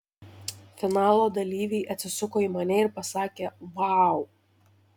finalo dalyviai atsisuko į mane ir pasakė vau